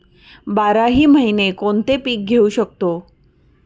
बाराही महिने कोणते पीक घेवू शकतो?